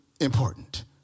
important